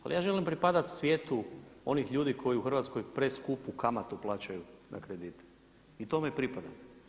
Ali ja želim pripadati svijetu onih ljudi koji u Hrvatskoj preskupu kamatu plaćaju za kredite i tome pripadam.